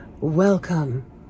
welcome